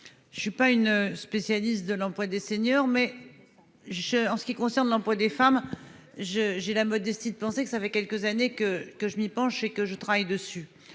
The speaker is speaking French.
Je suis pas une spécialiste de l'emploi des seniors mais. Je en ce qui concerne l'emploi des femmes. Je j'ai la modestie de penser que ça fait quelques années que que je m'y penche et que je travaille dessus,